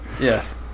yes